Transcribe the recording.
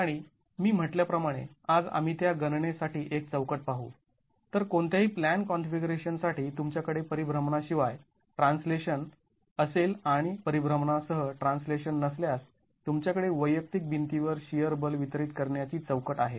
आणि मी म्हटल्या प्रमाणे आज आम्ही त्या गणनेसाठी एक चौकट पाहू तर कोणत्याही प्लॅन कॉन्फिगरेशन साठी तुमच्याकडे परिभ्रमणा शिवाय ट्रान्सलेशन असेल किंवा परिभ्रमणासह ट्रान्सलेशन नसल्यास तुमच्याकडे वैयक्तिक भिंतीवर शिअर बल वितरित करण्याची चौकट आहे